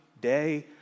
day